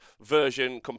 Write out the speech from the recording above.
version